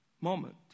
moment